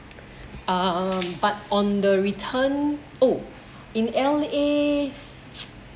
um but on the return oh in L_A